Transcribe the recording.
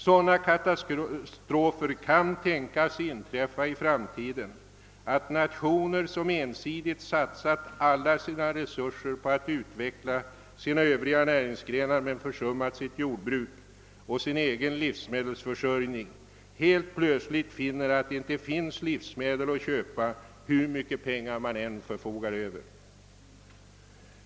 Sådana katastrofer kan tänkas inträffa i framtiden, att nationer som ensidigt satsat alla sina resurser på att utveckla sina övriga näringsgrenar men försummat sitt jordbruk och sin egen livsmedelsförsörjning helt plötsligt måste konstatera att det inte finns livsmedel att köpa, hur mycket pengar man än förfogar över.